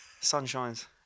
sunshine's